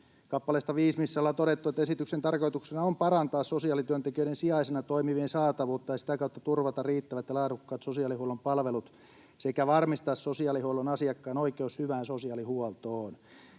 kappaleesta 5, missä ollaan todettu, että esityksen tarkoituksena on parantaa sosiaalityöntekijöiden sijaisina toimivien saatavuutta ja sitä kautta turvata riittävät ja laadukkaat sosiaalihuollon palvelut sekä varmistaa sosiaalihuollon asiakkaan oikeus hyvään sosiaalihuoltoon.